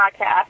podcast